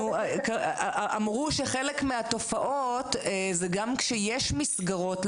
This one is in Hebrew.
אמרו שחלק מהתופעות זה גם כשיש מסגרות,